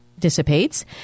Dissipates